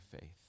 faith